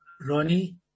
Ronnie